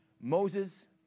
Moses